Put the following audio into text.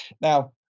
Now